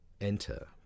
enter